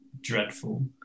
dreadful